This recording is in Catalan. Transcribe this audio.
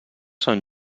són